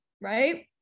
right